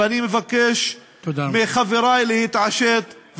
ואני מבקש מחבריי להתעשת,